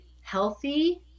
healthy